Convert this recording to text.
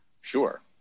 Sure